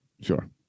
sure